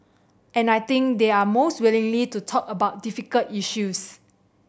and I think they're most willing to talk about difficult issues